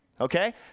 Okay